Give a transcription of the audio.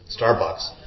Starbucks